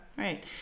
Right